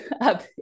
up